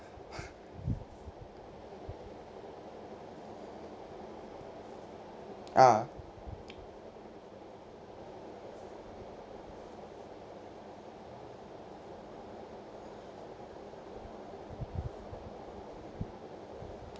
ah